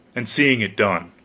and seeing it done.